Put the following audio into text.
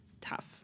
tough